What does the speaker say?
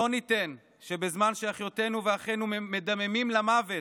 לא ניתן שבזמן שאחיותינו ואחינו מדממים למוות,